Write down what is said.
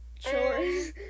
chores